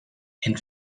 and